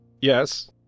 Yes